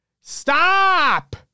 Stop